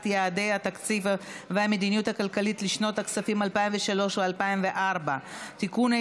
יעדי התקציב והמדיניות הכלכלית לשנות הכספים 2003 ו-2004) (תיקון,